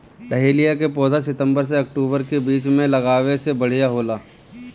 dahlia के पौधा सितंबर से अक्टूबर के बीच में लागावे से बढ़िया होला